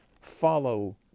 follow